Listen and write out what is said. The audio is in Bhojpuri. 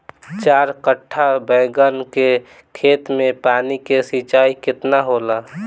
चार कट्ठा बैंगन के खेत में पानी के सिंचाई केतना होला?